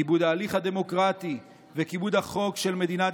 כיבוד ההליך הדמוקרטי וכיבוד החוק של מדינת